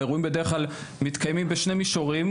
האירועים בדרך כלל מתקיימים בשני מישורים,